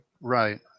Right